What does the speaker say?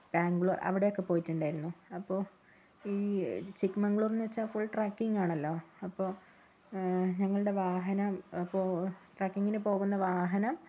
ബാംഗ്ലൂർ അവിടെ ഒക്കെ പോയിട്ടുണ്ടായിരുന്നു അപ്പൊൾ ഈ ചിക്കമംഗ്ലൂർ എന്ന് വെച്ചാൽ ഫുൾ ട്രെക്കിങ് ആണല്ലോ അപ്പൊൾ ഞങ്ങളുടെ വാഹനം അപ്പൊൾ ട്രക്കിങ്ങിനു പോകുന്ന വാഹനം